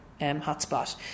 hotspot